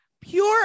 Pure